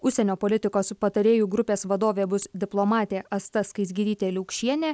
užsienio politikos patarėjų grupės vadovė bus diplomatė asta skaisgirytė liaukšienė